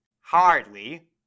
Hardly